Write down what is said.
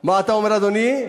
מה אתה אומר, אדוני?